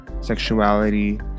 sexuality